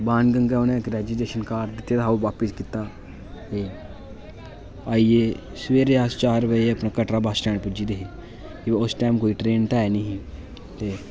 बाण गंगा उ'नें इक registration card दित्ते दा हा ओह् वापस कीता ते आइयै सवेरे अस चार बजे कटरा बस स्टैंड पुज्जी गेदे हे उस टैम कोई ट्रेन ते ऐ निं ही